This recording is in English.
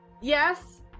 Yes